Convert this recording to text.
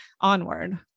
onward